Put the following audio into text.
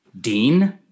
Dean